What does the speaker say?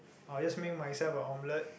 I'll just make myself a omelette